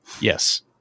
yes